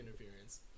interference